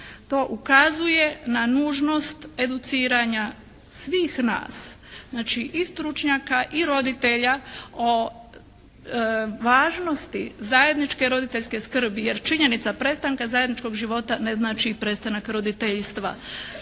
To ukazuje na nužnost educiranja svih nas, znači i stručnjaka i roditelja o važnosti zajedničke roditeljske skrbi jer činjenica prestanka zajedničkog života ne znači i prestanak roditeljstva.